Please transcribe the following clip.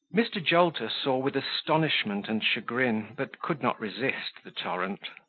mr. jolter saw with astonishment and chagrin, but could not resist the torrent.